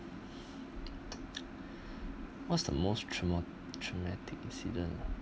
what's the most trauma~ traumatic incident ah